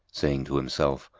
saying to himself,